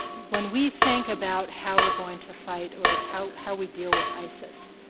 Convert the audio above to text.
when we think about how we're going to fight or how how we deal with isis,